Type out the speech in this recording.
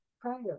prior